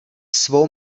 svou